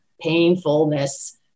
painfulness